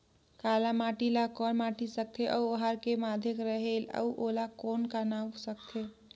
काला माटी ला कौन माटी सकथे अउ ओहार के माधेक रेहेल अउ ओला कौन का नाव सकथे?